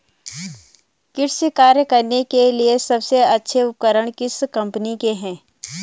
कृषि कार्य करने के लिए सबसे अच्छे उपकरण किस कंपनी के हैं?